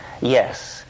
Yes